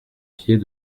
pied